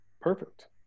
perfect